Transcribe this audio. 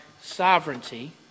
sovereignty